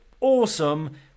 awesome